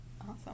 awesome